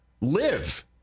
live